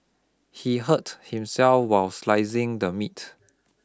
he hurt himself while slicing the meat